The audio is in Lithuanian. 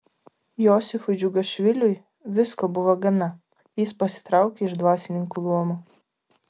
josifui džiugašviliui visko buvo gana jis pasitraukė iš dvasininkų luomo